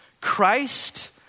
Christ